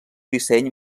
disseny